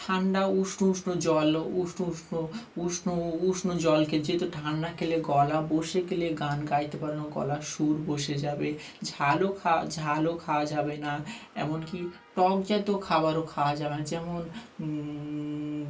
ঠান্ডা উষ্ণ উষ্ণ জল উষ্ণ উষ্ণ উষ্ণ উষ্ণ জলকে যেহেতু ঠান্ডা খেলে গলা বসে গেলে গান গাইতে পারে না গলার সুর বসে যাবে ঝালও খাওয়া ঝালও খাওয়া যাবে না এমনকি টক জাতীয় খাবারও খাওয়া যাবে না যেমন